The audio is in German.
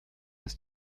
ist